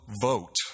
vote